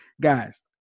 Guys